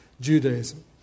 Judaism